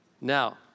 Now